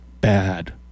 bad